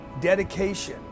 dedication